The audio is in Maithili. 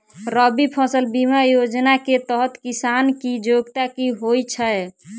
रबी फसल बीमा योजना केँ तहत किसान की योग्यता की होइ छै?